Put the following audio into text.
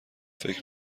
فکر